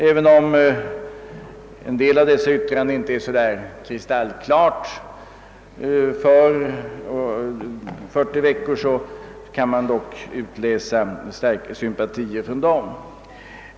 även om en del yttranden inte är alldeles kristallklara i sitt förord för 40 veckors skolår kan man dock utläsa mer eller mindre starka sympatier för det.